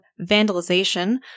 vandalization